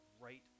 right